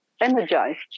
energized